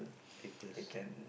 papers